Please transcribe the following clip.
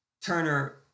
Turner